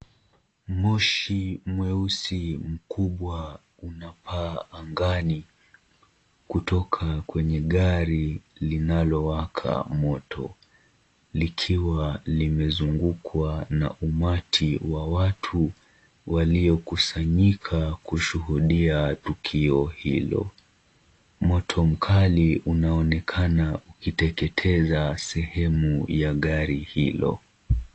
Moshi mweusi mkubwa unapaa angani kutoka kwenye gari linalowaka moto likiwa limezungukwa na umati wa watu waliokusanyika kushuhudia tukio hilo. Moto mkali unaonekana ukiteketeza sehemu ya gari hilo.